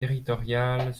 territoriales